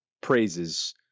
praises